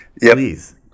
please